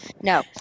no